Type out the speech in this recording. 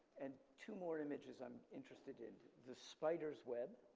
and two more images i'm interested in, the spider's web.